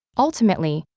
ultimately,